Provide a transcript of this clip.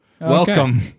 welcome